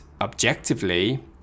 objectively